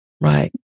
Right